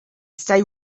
stay